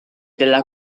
della